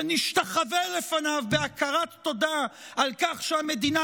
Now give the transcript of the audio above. שנשתחווה לפניו בהכרת תודה על כך שהמדינה